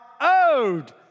owed